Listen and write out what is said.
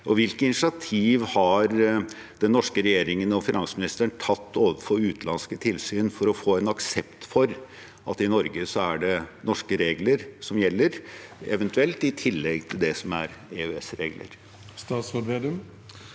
Hvilke initiativ har den norske regjeringen og finansministeren tatt overfor utenlandske tilsyn for å få en aksept for at i Norge er det norske regler som gjelder, eventuelt i tillegg til det som er EØS-regler? Statsråd Trygve